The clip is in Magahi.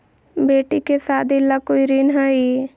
बेटी के सादी ला कोई ऋण हई?